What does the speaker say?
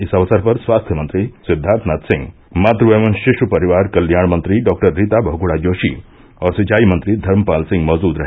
इस अवसर पर स्वास्थ्य मंत्री सिद्वार्थनाथ सिंह मातु एवं शिशु परिवार कल्याण मंत्री डॉक्टर रीता बहुगुण जोशी और सिंचाई मंत्री धर्मपाल सिंह मौजूद रहे